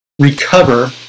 recover